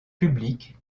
publique